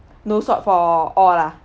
no salt for all lah